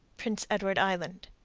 prince edward island.